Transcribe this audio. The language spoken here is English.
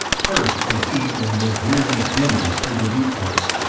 cursed the heat and the dreary dimness through the viewports,